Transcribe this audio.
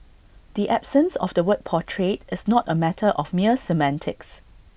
the absence of the word portrayed is not A matter of mere semantics